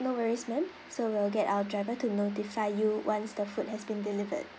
no worries ma'am so we'll get our driver to notify you once the food has been delivered